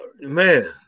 man